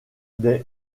des